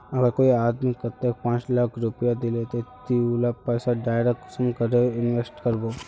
अगर कोई आदमी कतेक पाँच लाख रुपया दिले ते ती उला पैसा डायरक कुंसम करे इन्वेस्टमेंट करबो?